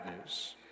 news